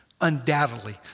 Undoubtedly